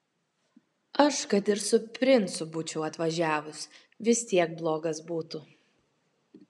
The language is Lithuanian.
aš kad ir su princu būčiau atvažiavus vis tiek blogas būtų